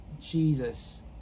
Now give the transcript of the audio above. Jesus